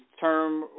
term